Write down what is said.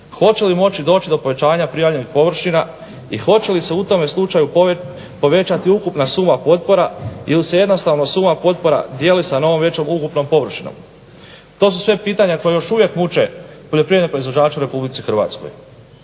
hoće li moći doći do povećanja prijavljenih površina i hoće li se u tom slučaju povećati ukupna suma potpora ili se jednostavno suma potpora dijeli sa novom većom ukupnom površinom? To su sve pitanja koja još uvijek muče poljoprivredne proizvođače u RH.